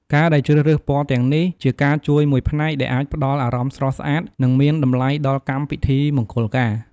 ការដែលជ្រើសរើសពណ៌ទាំងនេះ ជាការជួយមួយផ្នែកដែលអាចផ្តល់អារម្មណ៍ស្រស់ស្អាត និងមានតម្លៃដល់កម្មពិធីមង្គុលការ។